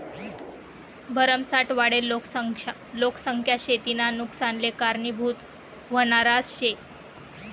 भरमसाठ वाढेल लोकसंख्या शेतीना नुकसानले कारनीभूत व्हनारज शे